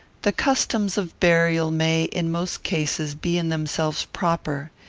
the customs of burial may, in most cases, be in themselves proper.